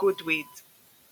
Goodreads